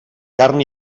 carn